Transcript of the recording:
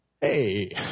Hey